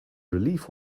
relief